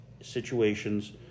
situations